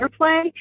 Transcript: airplay